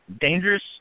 dangerous